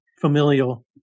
familial